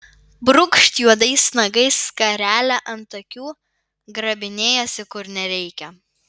brūkšt juodais nagais skarelę ant akių grabinėjasi kur nereikia